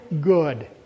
good